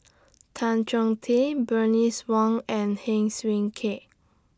Tan Chong Tee Bernice Wong and Heng Swee Keat